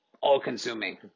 All-consuming